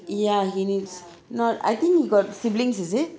ya he needs not I think he got siblings is it